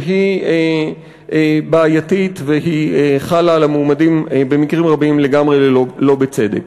שהיא בעייתית והיא חלה על המועמדים במקרים רבים לגמרי לא בצדק.